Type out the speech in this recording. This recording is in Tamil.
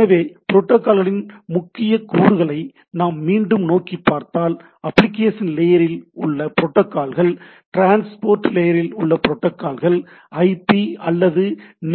எனவே புரோட்டோகால்களின் முக்கிய கூறுகளை நாம் மீண்டும் நோக்கி பார்த்தால் அப்பிளிகேஷன் லேயரில் உள்ள புரோட்டோகால்கள் ட்ரான்ஸ்போர்ட் லேயரில் உள்ள புரோட்டோகால்கள் ஐபி அல்லது